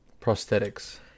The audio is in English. Prosthetics